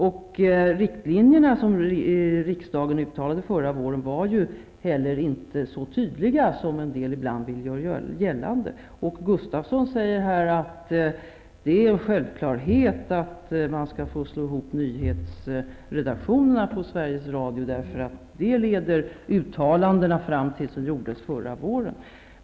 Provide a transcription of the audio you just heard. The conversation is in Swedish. De riktlinjer som riksdagen angav förra våren var heller inte så tydliga som en del ibland vill göra gällande. Åke Gustavsson säger att det är en självklarhet att man skall få slå ihop nyhetsredaktionerna på Sveriges Radio därför att detta leder de uttalanden fram till som gjordes förra våren.